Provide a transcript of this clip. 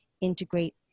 integrate